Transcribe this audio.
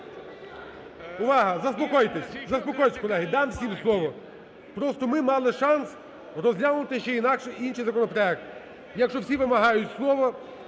заспокойтесь, колеги, дам всім слово. (Шум у залі) Просто ми мали шанс розглянути ще інакший… інший законопроект. Якщо всі вимагають слово,